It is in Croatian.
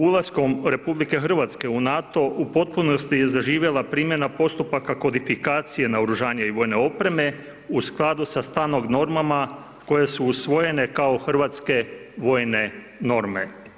Ulaskom RH u NATO u potpunosti je zaživjela primjena postupaka kodifikacije naoružanja i vojne opreme u skladu sa ... normama koje su usvojene kao hrvatske vojne norme.